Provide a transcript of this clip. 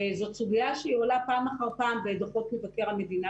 זאת סוגיה שעולה פעם אחר פעם בדוחות מבקר המדינה